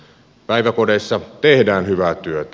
päiväkodeissa tehdään hyvää työtä